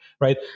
right